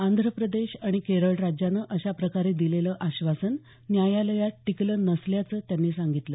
आंध्र प्रदेश आणि केरळ राज्यानं अशाप्रकारे दिलेलं आश्वासन न्यायालयात टिकलं नसल्याचं त्यांनी सांगितलं